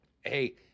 Hey